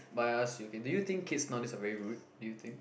but I ask you okay do you think kids nowadays are very rude do you think